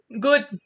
good